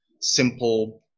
simple